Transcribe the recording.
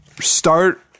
start